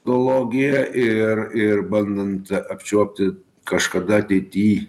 tologija ir ir bandant apčiuopti kažkada ateity